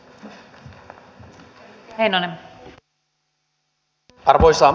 arvoisa puhemies